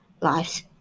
lives